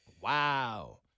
Wow